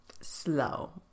slow